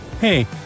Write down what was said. Hey